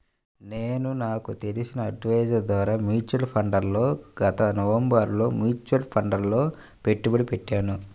నేను నాకు తెలిసిన అడ్వైజర్ ద్వారా మ్యూచువల్ ఫండ్లలో గత నవంబరులో మ్యూచువల్ ఫండ్లలలో పెట్టుబడి పెట్టాను